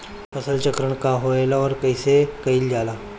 फसल चक्रण का होखेला और कईसे कईल जाला?